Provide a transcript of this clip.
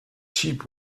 sheep